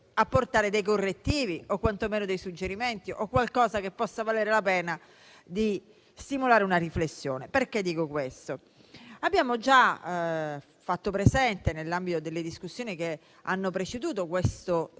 apportare dei correttivi o quantomeno dei suggerimenti o qualcosa su cui possa valere la pena di stimolare una riflessione. Dico questo perché abbiamo già fatto presente, nell'ambito delle discussioni che hanno preceduto questo disegno